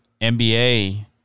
NBA